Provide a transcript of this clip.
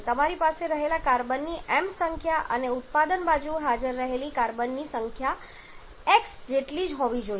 તમારી પાસે રહેલા કાર્બનની m સંખ્યા અને તે ઉત્પાદન બાજુ પર હાજર કાર્બનની સંખ્યા જે x છે તેટલી જ હોવી જોઈએ